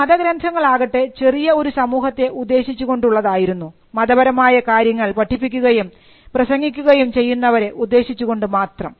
ഈ മതഗ്രന്ഥങ്ങൾ ആകട്ടെ ചെറിയ ഒരു സമൂഹത്തെ ഉദ്ദേശിച്ചു കൊണ്ടുള്ളതായിരുന്നു മതപരമായ കാര്യങ്ങൾ പഠിപ്പിക്കുകയും പ്രസംഗിക്കുകയും ചെയ്യുന്നവരെ ഉദ്ദേശിച്ചു കൊണ്ട് മാത്രം